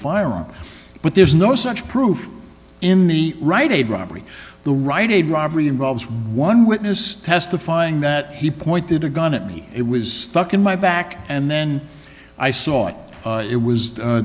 firearm but there's no such proof in the right a bribery the right aid robbery involves one witness testifying that he pointed a gun at me it was stuck in my back and then i saw it it was